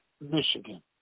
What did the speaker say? Michigan